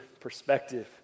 perspective